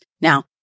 Now